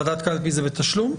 ועדת קלפי זה בתשלום?